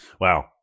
Wow